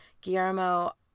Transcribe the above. Guillermo